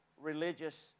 religious